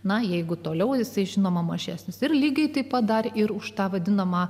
na jeigu toliau jisai žinoma mažesnis ir lygiai taip pat dar ir už tą vadinamą